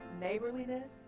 neighborliness